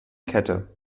kette